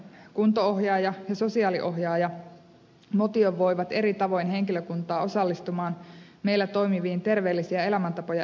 kunto ohjaaja ja sosiaaliohjaaja motivoivat eri tavoin henkilökuntaa osallistumaan meillä toimiviin terveellisiä elämäntapoja edistäviin ryhmiin